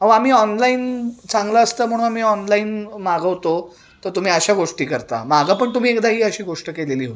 अहो आम्ही ऑनलाईन चांगलं असतं म्हणून आम्ही ऑनलाईन मागवतो तर तुम्ही अशा गोष्टी करता मागं पण तुम्ही एकदा ही अशी गोष्ट केलेली होती